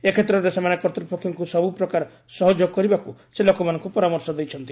ଏ କ୍ଷେତ୍ରରେ ସେମାନେ କର୍ତ୍ତୃପକ୍ଷଙ୍କୁ ସବୁପ୍ରକାର ସହଯୋଗ କରିବାକୁ ସେ ଲୋକମାନଙ୍କୁ ପରାମର୍ଶ ଦେଇଛନ୍ତି